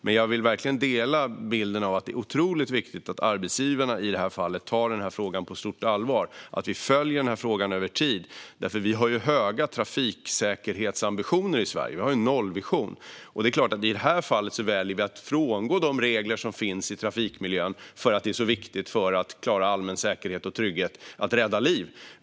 Men jag delar verkligen bilden att det är otroligt viktigt att arbetsgivarna tar den här frågan på stort allvar och att vi följer frågan över tid. Vi har ju höga trafiksäkerhetsambitioner i Sverige. Vi har en nollvision. I det här fallet väljer vi att frångå de regler som finns i trafikmiljön eftersom det är så viktigt för att klara allmän säkerhet och trygghet och för att rädda liv.